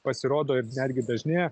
pasirodo ir netgi dažnėja